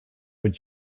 would